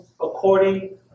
according